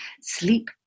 sleep